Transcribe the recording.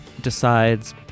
decides